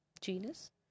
genus